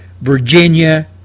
Virginia